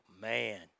man